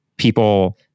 People